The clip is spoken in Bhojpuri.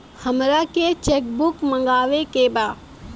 हमारा के चेक बुक मगावे के बा?